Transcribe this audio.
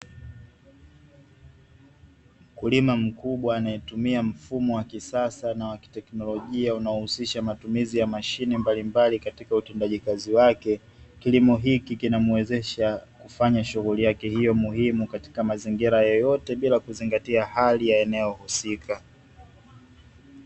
Mkulima mkubwa anayetumia mfumo wa kisasa na wa kiteknolojia unaohusisha matumizi ya mashine mbalimbali katika utendaji kazi wake, kilimo hiki kinamuwezesha kufanya shughuli yake hiyo muhimu katika mazingira yoyote bila kuzingatia hali ya eneo husika.